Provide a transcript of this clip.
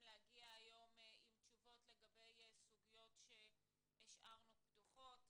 להגיע היום עם תשובות לגבי סוגיות שהשארנו פתוחות.